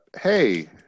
hey